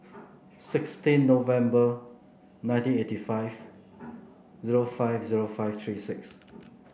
sixteen November nineteen eighty five zero five zero five three six